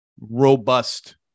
robust